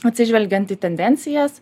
atsižvelgiant į tendencijas